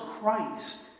Christ